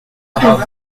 rue